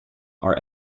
are